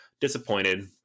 disappointed